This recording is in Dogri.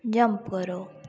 जंप करो